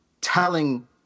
telling